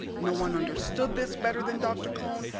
no one understood this better than dr. cone,